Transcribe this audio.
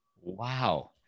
Wow